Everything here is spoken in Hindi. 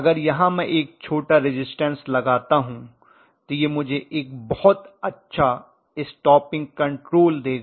अगर यहाँ मैं एक छोटा रिज़िस्टन्स लगाता हूं तो यह मुझे एक बहुत अच्छा स्टापिंग कंट्रोल देगा